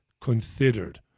considered